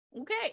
Okay